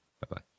Bye-bye